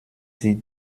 sie